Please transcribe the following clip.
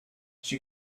she